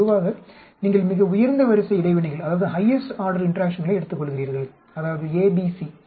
பொதுவாக நீங்கள் மிக உயர்ந்த வரிசை இடைவினைகளை எடுத்துக்கொள்கிறீர்கள் அதாவது A B C